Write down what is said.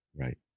Right